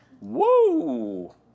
Woo